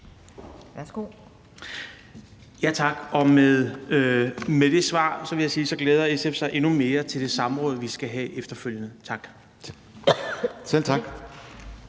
Larsen (SF): Tak. Med det svar vil jeg sige, at SF glæder sig endnu mere til det samråd, vi skal have efterfølgende. Tak. Kl.